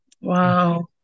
Wow